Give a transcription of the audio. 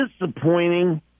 disappointing